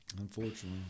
unfortunately